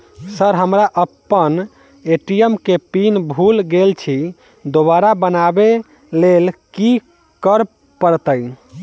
Sir हम अप्पन ATM केँ पिन भूल गेल छी दोबारा बनाबै लेल की करऽ परतै?